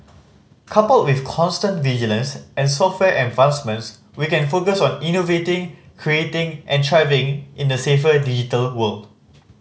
coupled with constant vigilance and software advancements we can focus on innovating creating and thriving in a safer digital world